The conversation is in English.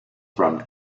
from